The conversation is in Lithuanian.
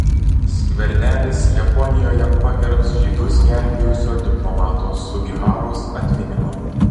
skvernelis japonijoje pagerbs žydus gelbėjusio diplomato sugiharos atminimą